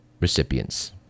recipients